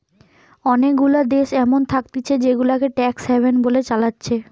অনেগুলা দেশ এমন থাকতিছে জেগুলাকে ট্যাক্স হ্যাভেন বলে চালাচ্ছে